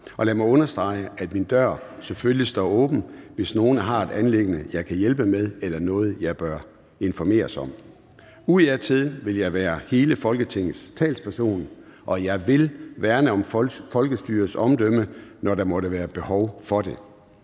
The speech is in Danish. og lad mig understrege, at min dør står åben, hvis nogen har et anliggende, jeg kan hjælpe med, eller noget, jeg bør informeres om. Udadtil vil jeg være hele Folketingets talsperson, og jeg vil værne om folkestyrets omdømme, når der måtte være behov for det.